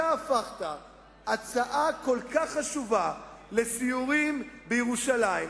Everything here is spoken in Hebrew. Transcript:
אתה הפכת הצעה כל כך חשובה לסיורים בירושלים,